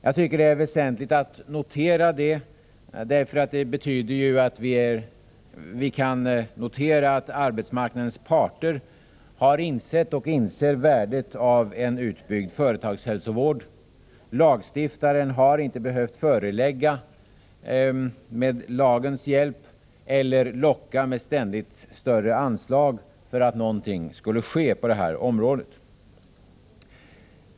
Jag tycker att det är väsentligt att notera detta, därför att det betyder att arbetsmarknadens parter har insett och inser värdet av en utbyggd företagshälsovård. Lagstiftaren har inte behövt förelägga arbetsgivarna något med lagens hjälp eller locka med ständigt större anslag för att någonting skulle ske på det här området.